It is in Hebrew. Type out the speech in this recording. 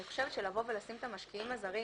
אני חושבת שלבוא ולשים את המשקיעים הזרים